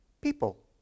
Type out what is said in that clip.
people